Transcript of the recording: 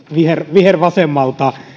vihervasemmalta